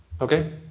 okay